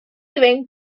viven